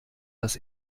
das